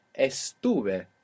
Estuve